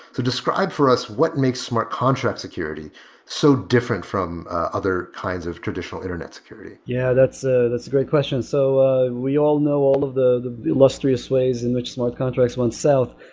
so describe for us what makes smart contracts security so different from other kinds of traditional internet security yeah, that's ah that's a great question. so ah we all know all of the the illustrious ways in which smart contract went south.